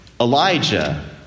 Elijah